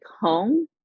home